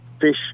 fish